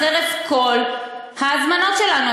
חרף כל ההזמנות שלנו.